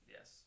Yes